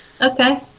okay